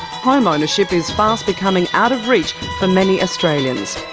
home ownership is fast becoming out of reach for many australians.